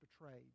betrayed